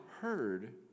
heard